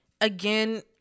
again